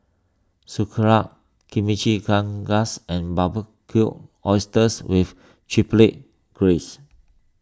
Sauerkraut Chimichangas and Barbecued Oysters with Chipotle Graze